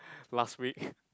last week